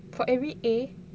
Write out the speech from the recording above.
for every A